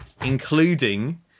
Including